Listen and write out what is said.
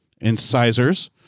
incisors